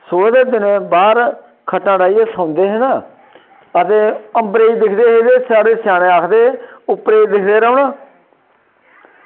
सोहे दे दिनें बाहर खट्टां डाहियै सौंदे हे ना ते अंबरै गी दिखदे हे ते साढ़े स्याने आखदे हे कि उप्परै गी दिखदे रौह्ना